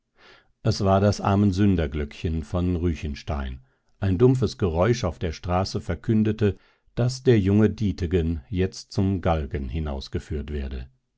es war das armensünderglöckchen von ruechenstein ein dumpfes geräusch auf der straße verkündete daß der junge dietegen jetzt zum galgen hinausgeführt werde